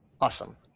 Awesome